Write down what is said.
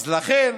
אז לכן,